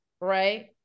right